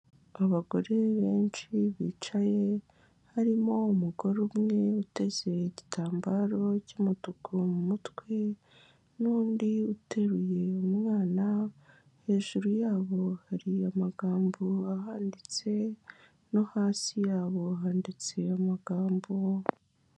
Abagore benshi bicaye, harimo umugore umwe uteze igitambaro cy'umutuku mu mutwe, n'undi uteruye umwana, hejuru yabo hari amagambo ahanditse, no hasi yabo handitse amagambo.